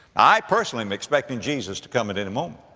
i personally am expecting jesus to come at any moment.